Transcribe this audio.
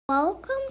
Welcome